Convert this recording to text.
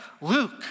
Luke